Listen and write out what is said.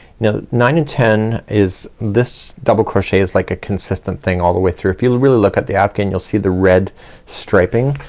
you know nine and ten is this double crochet is like a consistent thing all the way through. if you'll really look at the afghan you'll see the red striping.